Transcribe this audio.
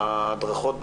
ההדרכות בנבחרות,